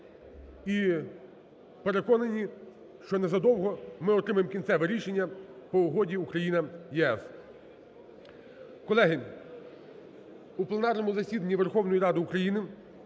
і, переконані, що незадовго ми отримаємо кінцеве рішення по Угоді Україна - ЄС. Колеги! У пленарному засіданні Верховної Ради України